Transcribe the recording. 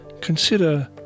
consider